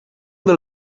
del